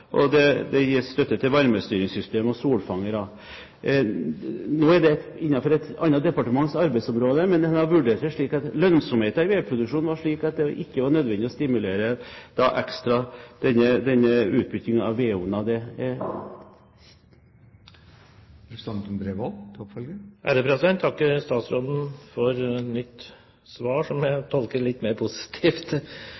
og det gis støtte til varmestyringssystem og solfangere. Nå er det innenfor et annet departements arbeidsområde, men en har vurdert det slik at lønnsomheten i vedproduksjonen var slik at det ikke var nødvendig å stimulere ekstra til denne utbyttingen av vedovner. Jeg takker statsråden for et nytt svar, som jeg tolker litt mer positivt. Men jeg synes nå det er litt merkelig – og det håper jeg